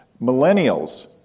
Millennials